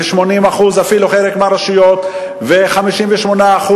ו-80% אפילו, חלק מהרשויות, ו-58%,